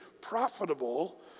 profitable